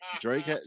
Drake